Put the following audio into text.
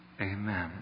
Amen